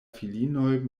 filinoj